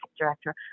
director